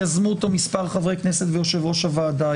יזמו אותו מספר חברי כנסת ויושב-ראש הוועדה.